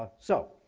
so